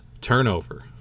Turnover